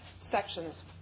sections